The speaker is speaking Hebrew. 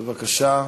בבקשה,